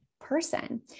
person